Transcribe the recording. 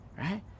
right